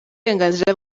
uburenganzira